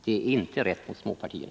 Det är inte rätt mot småpartier.